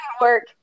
work